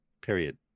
period